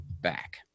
back